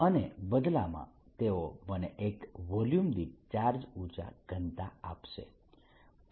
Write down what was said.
અને બદલામાં તેઓ મને એકમ વોલ્યુમ દીઠ ચાર્જ ઉર્જા ઘનતા આપશે